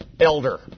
Elder